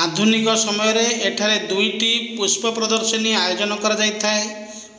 ଆଧୁନିକ ସମୟରେ ଏଠାରେ ଦୁଇଟି ପୁଷ୍ପ ପ୍ରଦର୍ଶନୀ ଆୟୋଜନ କରାଯାଇଥାଏ